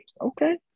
okay